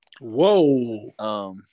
whoa